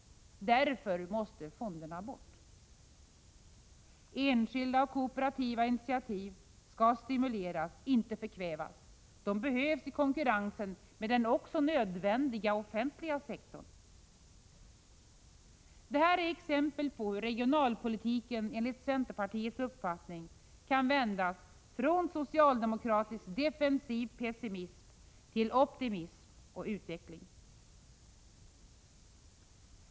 Därför måste fonderna bort. Enskilda och kooperativa initiativ skall stimuleras, inte förkvävas. De behövs i konkurrens med den också nödvändiga offentliga sektorn. Detta är några exempel på hur regionalpolitiken enligt centerpartiets uppfattning kan vändas från socialdemokratisk defensiv pessimism till optimism och utveckling.